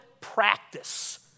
practice